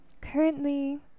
currently